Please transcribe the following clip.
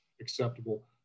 acceptable